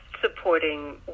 supporting